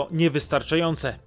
niewystarczające